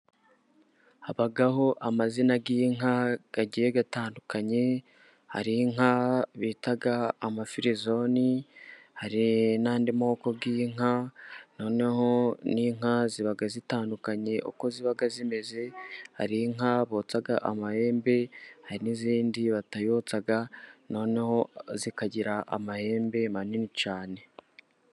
Habaho amazina y'inka zigiye zitandukanye, hari inka bita amafirizone, hari n'andi moko y'inka. Noneho n'inka ziba zitandukanye uko ziba zimeze, hari inka botsa amahembe, hari n'izindi batayotsa, noneho zikagira amahembe manini cyane.